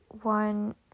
One